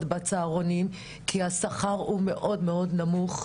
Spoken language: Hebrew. בצהרונים וזה מהסיבה שהשכר הוא מאוד מאוד נמוך,